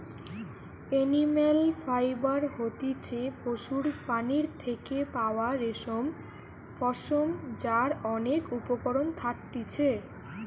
animal fibre হতিছে পশুর প্রাণীর থেকে পাওয়া রেশম, পশম যার অনেক উপকরণ থাকতিছে